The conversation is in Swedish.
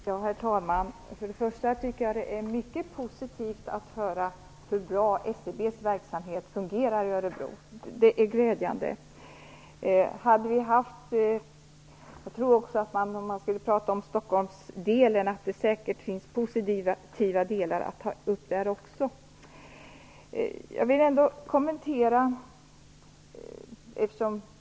Herr talman! Det är mycket positivt att få höra hur bra SCB:s verksamhet fungerar i Örebro. Det är glädjande. Det finns säkert positiva delar att ta upp också i Stockholmsdelen.